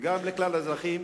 וגם לכלל האזרחים,